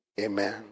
Amen